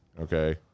okay